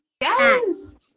Yes